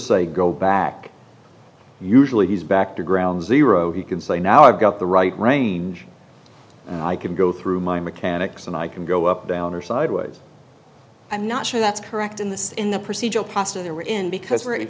say go back usually he's back to ground zero he can say now i've got the right range and i can go through my mechanics and i can go up down or sideways i'm not sure that's correct in this in the procedural pastor they were in because we're